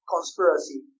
conspiracy